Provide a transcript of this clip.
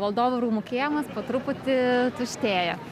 valdovų rūmų kiemas po truputį tuštėja